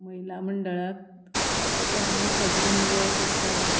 महिला मंडळांत अशें आमी सगळें निवळ करपाक